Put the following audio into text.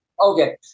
okay